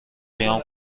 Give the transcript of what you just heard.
قیام